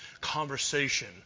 conversation